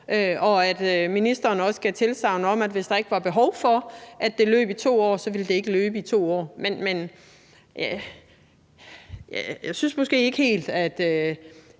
og at ministeren også gav tilsagn om, at hvis der ikke var behov for, at det løb i 2 år, så ville det ikke løbe i 2 år. Men jeg synes måske ikke helt, at